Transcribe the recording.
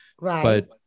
Right